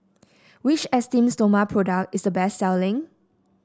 which Esteem Stoma product is the best selling